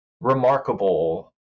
remarkable